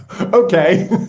Okay